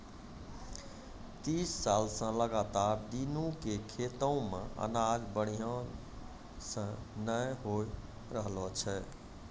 तीस साल स लगातार दीनू के खेतो मॅ अनाज बढ़िया स नय होय रहॅलो छै